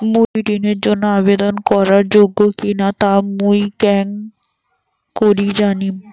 মুই ঋণের জন্য আবেদন করার যোগ্য কিনা তা মুই কেঙকরি জানিম?